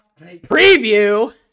preview